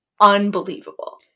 unbelievable